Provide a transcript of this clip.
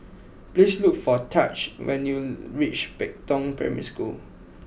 please look for Tahj when you reach Pei Tong Primary School